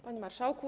Panie Marszałku!